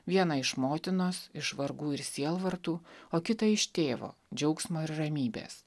vieną iš motinos iš vargų ir sielvartų o kitą iš tėvo džiaugsmo ir ramybės